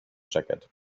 jacket